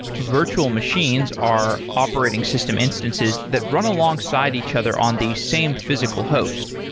virtual machines are operating system instances that run alongside each other on the same physical host.